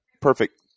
perfect